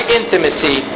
intimacy